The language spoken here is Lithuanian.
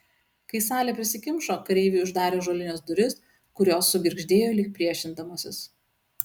kai salė prisikimšo kareiviai uždarė ąžuolines duris kurios sugirgždėjo lyg priešindamosis